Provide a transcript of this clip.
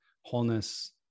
wholeness